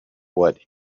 what